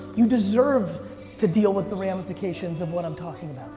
you deserve to deal with the ramifications of what i'm talking about.